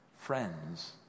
Friends